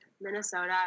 Minnesota